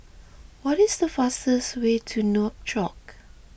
what is the fastest way to Nouakchott